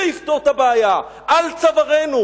זה יפתור את הבעיה, על צווארנו.